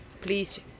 please